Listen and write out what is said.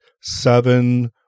seven